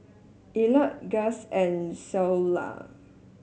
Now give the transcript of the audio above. Elliott Guss and Cleola